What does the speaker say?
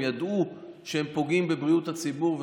הם ידעו שהם פוגעים בבריאות הציבור,